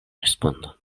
respondon